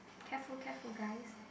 careful careful guys